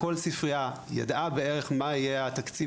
כל ספריה ידעה בערך מה יהיה התקציב